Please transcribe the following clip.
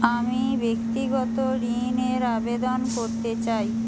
আমি ব্যক্তিগত ঋণের আবেদন করতে চাই